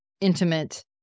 intimate